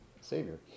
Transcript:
savior